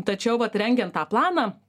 tačiau vat rengiant tą planą